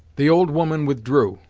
the old woman withdrew,